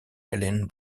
ellen